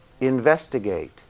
investigate